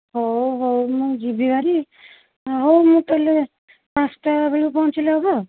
ହଉ ହଉ ମୁଁ ଯିବିହେରି ହଉ ମୁଁ ତା'ହେଲେ ପାଞ୍ଚଟା ବେଳକୁ ପହଞ୍ଚିଲେ ହେବ